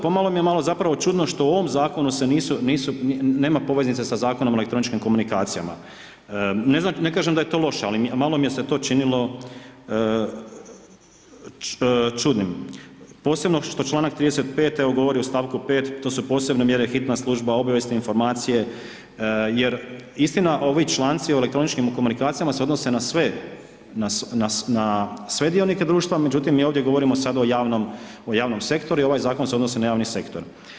Pomalo mi je malo zapravo čudno što u ovom zakonu se nisu, nema poveznice sa Zakonom o elektroničkim komunikacijama, ne znam, ne kažem da je to loše, ali malo mi se to činilo čudnim, posebno što čl. 35 evo govori o st. 5, to su posebne mjere, hitna služba, obavijesne informacije jer istina, ovi čl. o elektroničkim komunikacijama se odnose na sve, na sve dionike društva, međutim mi ovdje govorimo sad o javnom sektoru i ovaj Zakon se odnosi na javni sektor.